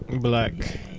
Black